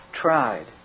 tried